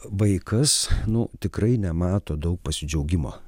vaikas nu tikrai nemato daug pasidžiaugimo